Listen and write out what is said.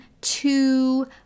two